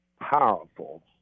powerful